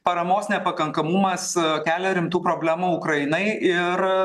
paramos nepakankamumas su kelia rimtų problemų ukrainai ir